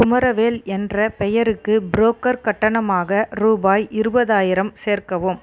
குமரவேல் என்ற பெயருக்கு புரோக்கர் கட்டணமாக ரூபாய் இருபதாயிரம் சேர்க்கவும்